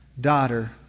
daughter